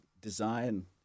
design